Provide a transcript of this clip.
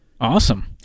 Awesome